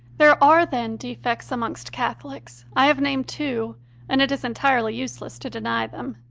there are, then, defects amongst catholics i have named two and it is entirely useless to deny them.